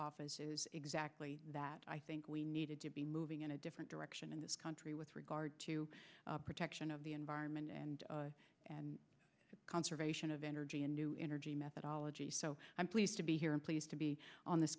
office is exactly that i think we needed to be moving in a different direction in this country with regard to protection of the environment and conservation of energy and new energy methodology so i'm pleased to be here and pleased to be on this